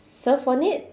surf on it